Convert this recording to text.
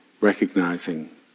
Recognizing